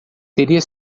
teria